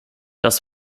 das